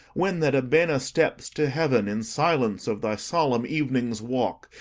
when that ebena steps to heaven, in silence of thy solemn evening's walk,